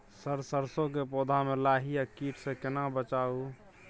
Sir सरसो के पौधा में लाही आ कीट स केना बचाऊ?